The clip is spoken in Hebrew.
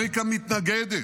אמריקה מתנגדת,